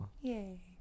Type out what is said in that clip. Yay